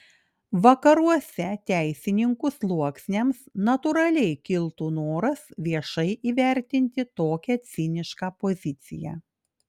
vakaruose teisininkų sluoksniams natūraliai kiltų noras viešai įvertinti tokią cinišką poziciją